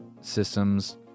systems